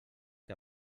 que